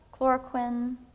chloroquine